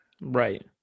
Right